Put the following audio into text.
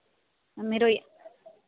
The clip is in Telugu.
మీరు